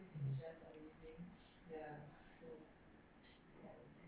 mm